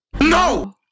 No